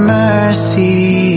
mercy